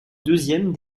deuxième